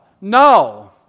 No